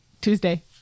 Tuesday